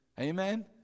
Amen